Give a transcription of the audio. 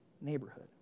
neighborhood